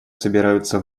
собираются